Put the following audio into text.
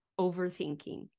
overthinking